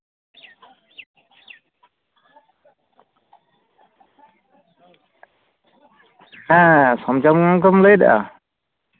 ᱦᱮᱸ ᱥᱚᱧᱡᱚᱭ ᱜᱚᱢᱠᱮᱢ ᱞᱟᱹᱭ ᱮᱫᱟ